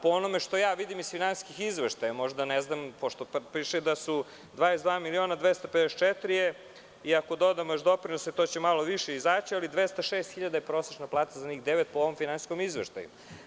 Po onome što ja vidim iz finansijskih izveštaja piše da su 22 miliona 254 je i ako dodamo još doprinose to će malo više izaći, ali 206.000 je prosečna plata za njih devet po ovom finansijskom izveštaju.